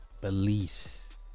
beliefs